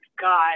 God